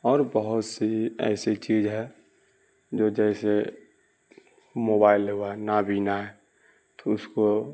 اور بہت سی ایسی چیز ہے جو جیسے موبائل ہوا نابینا ہے تو اس کو